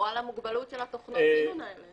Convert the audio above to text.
או על המוגבלות של תוכנות הסינון האלה.